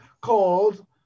called